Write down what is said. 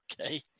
Okay